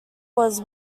was